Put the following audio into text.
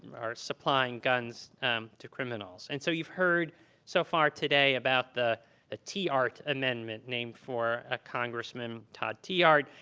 supplying guns to criminals. and so you've heard so far today about the ah tiahrt ammendment, named for ah congressman, todd tiahrt,